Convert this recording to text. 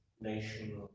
nation